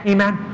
Amen